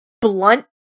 blunt